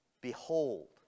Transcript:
Behold